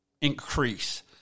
increase